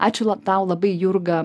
ačiū la tau labai jurga